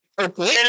Okay